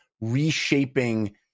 reshaping